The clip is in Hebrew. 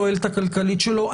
הנימוק של יעילות כלכלית הוא למטה.